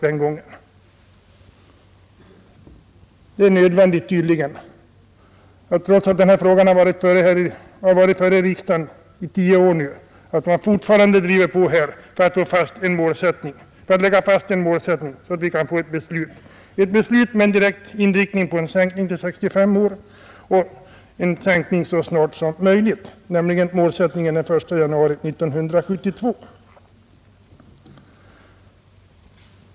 Det är tydligen nödvändigt, trots att den här frågan nu har varit före i riksdagen i tio år, att man fortfarande driver på för att lägga fast en målsättning, så att vi kan få ett beslut med direkt inriktning på en sänkning av pensionsåldern till 65 år så snart som möjligt, nämligen den I januari 1972.